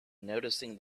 noticing